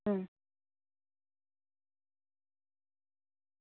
હમ